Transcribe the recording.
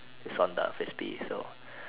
is on the frisbee so